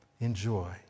Enjoy